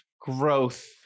growth